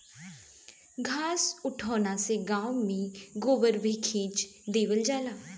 घास उठौना से गाँव में गोबर भी खींच देवल जाला